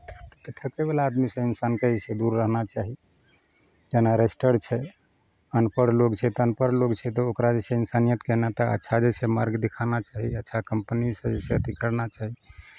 तऽ ठकयवला आदमीसँ इनसानकेँ जे छै दूर रहना चाही जेना रजिस्टर्ड छै अनपढ़ लोक छै तऽ अनपढ़ लोक छै तऽ ओकरा जे छै इंसानियतके एना तऽ अच्छा जे छै मार्ग देखाना चाही अच्छा कंपनीसँ जे छै अथि करना चाही